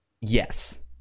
yes